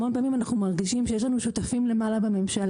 המון פעמים אנחנו מרגישים שיש לנו שותפים למעלה בממשלה,